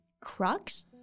Crux